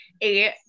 eight